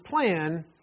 plan